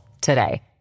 today